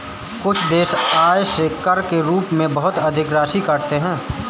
कुछ देश आय से कर के रूप में बहुत अधिक राशि काटते हैं